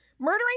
Murdering